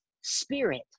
spirit